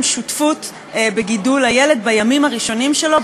שותפות בגידול הילד בימים הראשונים שלו,